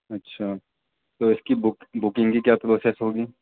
اچھا تو اس کی بک بکنگ کی کیا پروسیس ہوگی